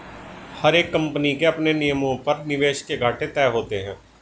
हर एक कम्पनी के अपने नियमों पर निवेश के घाटे तय होते हैं